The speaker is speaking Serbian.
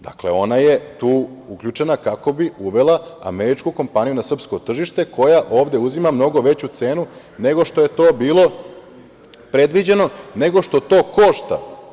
Dakle, ona je tu uključena kako bi uvela američku kompaniju na srpsko tržište koja ovde uzima mnogo veću cenu nego što je to bilo predviđeno, nego što to košta.